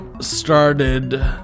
Started